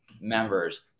members